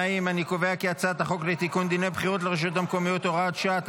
את הצעת חוק לתיקון דיני הבחירות לרשויות המקומיות (הוראת שעה),